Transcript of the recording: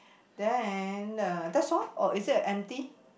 then the that's all or is it a empty